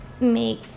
make